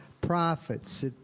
prophets